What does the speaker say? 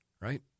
right